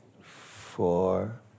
four